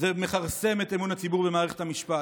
זה מכרסם את אמון הציבור במערכת המשפט.